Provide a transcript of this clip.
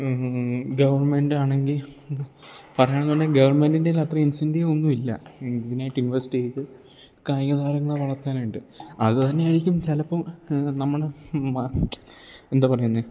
government ആണെങ്കിൽ പറയുകയാണെന്നുണ്ടെങ്കിൽ ഗവൺമെന്റിൻ്റെൽ അത്രയും ഇൻസെൻറ്റീവ് ഒന്നും ഇല്ല ഇതിനായിട്ട് ഇൻവസ്റ്റ് ചെയ്ത് കായിക താരങ്ങളെ വളർത്താനായിട്ട് അത് തന്നെ ആയിരിക്കും ചിലപ്പം നമ്മളെ എന്താ പറയുന്നത്